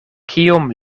kiom